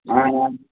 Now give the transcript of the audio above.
ஆ ஆ